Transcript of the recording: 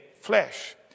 flesh